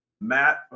matt